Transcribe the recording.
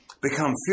become